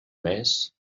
més